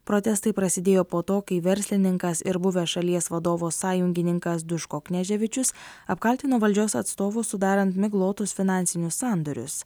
protestai prasidėjo po to kai verslininkas ir buvęs šalies vadovo sąjungininkas duškok neževičius apkaltino valdžios atstovus sudarant miglotus finansinius sandorius